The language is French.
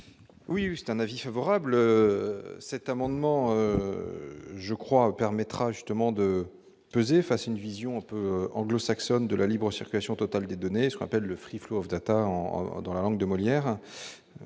Oui c'est un avis favorable à cet amendement, je crois, permettra justement de peser face à une vision un peu anglo-saxonne de la libre circulation totale des données, ce qu'on appelle le Free-flow of Data dans la langue de Molière,